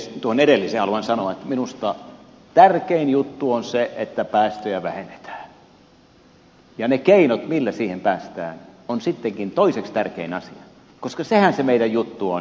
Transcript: tuohon edelliseen haluan sanoa että minusta tärkein juttu on se että päästöjä vähennetään ja ne keinot millä siihen päästään ovat sittenkin toiseksi tärkein asia koska sehän se meidän juttu on